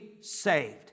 saved